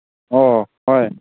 ꯑꯣ ꯍꯣꯏ